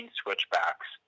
switchbacks